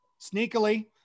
sneakily